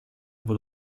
από